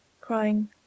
crying